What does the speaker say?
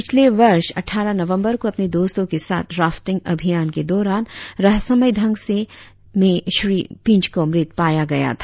पिछले वर्ष अट्ठारह नवबंर को अपने दोस्तो के साथ राफ्टिंग अभियान के दौरान रहस्यमय ढंग में श्री पिंच को मृत पाया गया था